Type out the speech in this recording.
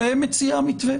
שמציע מתווה,